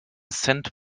cent